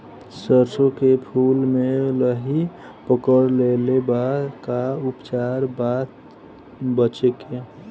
सरसों के फूल मे लाहि पकड़ ले ले बा का उपाय बा बचेके?